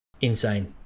insane